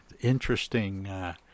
Interesting